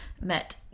met